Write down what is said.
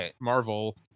marvel